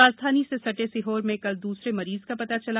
राजधानी से सटे सीहोर में कल दूसरे मरीज का पता चला